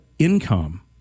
income